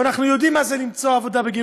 ואנחנו יודעים מה זה למצוא עבודה בגיל